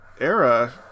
era